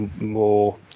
more